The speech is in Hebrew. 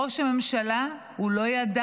ראש הממשלה, הוא לא ידע.